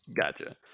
gotcha